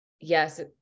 yes